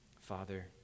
Father